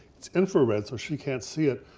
it's infrared so she can't see it,